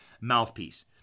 mouthpiece